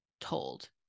told